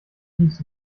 keys